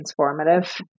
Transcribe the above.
transformative